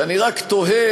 שאני רק תוהה,